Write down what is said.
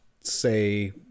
say